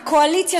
וקואליציה,